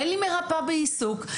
אין לי מרפאה בעיסוק.